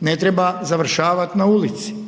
ne treba završavati na ulici,